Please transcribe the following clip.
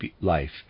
life